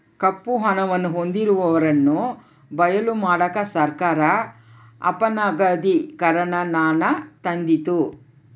ಕಪ್ಪು ಹಣವನ್ನು ಹೊಂದಿರುವವರನ್ನು ಬಯಲು ಮಾಡಕ ಸರ್ಕಾರ ಅಪನಗದೀಕರಣನಾನ ತಂದಿತು